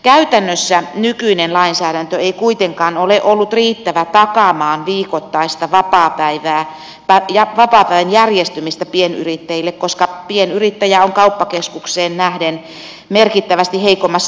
käytännössä nykyinen lainsäädäntö ei kuitenkaan ole ollut riittävä takaamaan viikoittaista vapaapäivää ja vapaapäivän järjestymistä pienyrittäjille koska pienyrittäjä on kauppakeskukseen nähden merkittävässä heikommassa neuvotteluasemassa